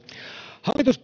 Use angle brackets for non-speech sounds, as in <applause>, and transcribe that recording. hallitus <unintelligible>